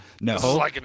No